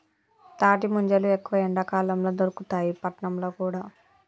తాటి ముంజలు ఎక్కువ ఎండాకాలం ల దొరుకుతాయి పట్నంల కూడా